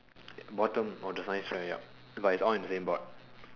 bottom of the science fair up but is all on the same board